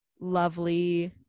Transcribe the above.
lovely